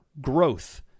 growth